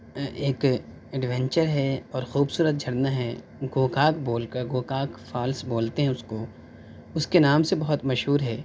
ایک ایڈونچر ہے اور خوبصورت جھرنا ہے گوکاگ بول کر گوکاگ فالس بولتے ہیں اُس کو اُس کے نام سے بہت مشہور ہے